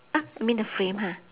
uh you mean the frame ha